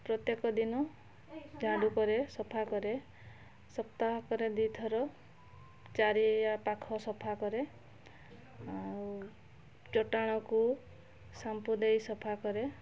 ପ୍ରତ୍ୟେକ ଦିନ ଝାଡ଼ୁ କରେ ସଫା କରେ ସପ୍ତାହକରେ ଦିଥର ଚାରିପାଖ ସଫା କରେ ଆଉ ଚଟାଣକୁ ସାମ୍ପୁ ଦେଇ ସଫା କରେ